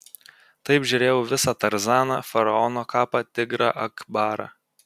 taip žiūrėjau visą tarzaną faraono kapą tigrą akbarą